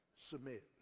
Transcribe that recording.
Submit